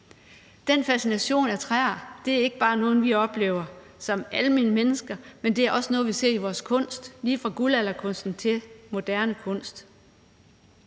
Den fascination af træer er ikke bare noget, vi oplever som almene mennesker; det er også noget, vi ser i vores kunst, lige fra guldalderkunst til moderne kunst.